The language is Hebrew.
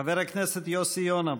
חבר הכנסת יוסי יונה,